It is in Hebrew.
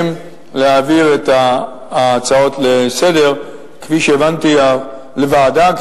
להעביר את ההצעות לסדר-היום לוועדה.